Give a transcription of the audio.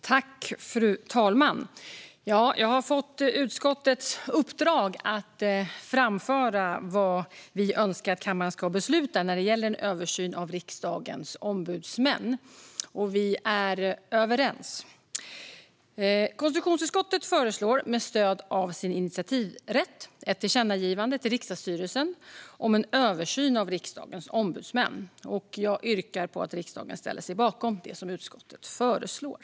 Fru talman! Jag har fått utskottets uppdrag att framföra vad vi önskar att kammaren ska besluta när det gäller en översyn av riksdagens ombudsmän, och vi är överens. Konstitutionsutskottet föreslår med stöd av sin initiativrätt ett tillkännagivande till riksdagsstyrelsen om en översyn av Riksdagens ombudsmän. Jag yrkar på att riksdagen ställer sig bakom det som utskottet föreslår.